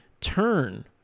turn